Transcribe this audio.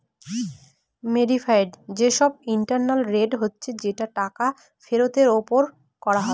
modified যে সব internal rate হচ্ছে যেটা টাকা ফেরতের ওপর করা হয়